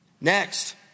Next